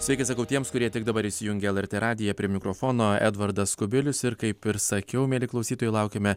sveiki sakau tiems kurie tik dabar įsijungė lrt radiją prie mikrofono edvardas kubilius ir kaip ir sakiau mieli klausytojai laukiame